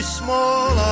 small